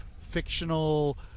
fictional